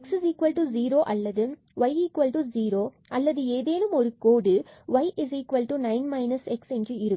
x0 அல்லது y0 அல்லது ஏதேனும் ஒரு கோடு y 9 x என்று இருக்கும்